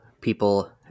people